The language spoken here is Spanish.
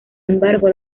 embargo